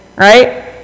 Right